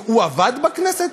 הוא עבד בכנסת?